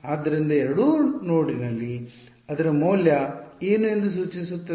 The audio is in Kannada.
ಆದ್ದರಿಂದ ಎರಡೂ ನೋಡ್ನಲ್ಲಿ ಅದರ ಮೌಲ್ಯ ಏನು ಎಂದು ಸೂಚಿಸುತ್ತದೆ